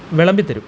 വിളമ്പിത്തരും